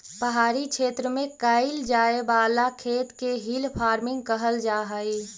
पहाड़ी क्षेत्र में कैइल जाए वाला खेत के हिल फार्मिंग कहल जा हई